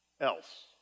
else